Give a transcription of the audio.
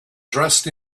dressed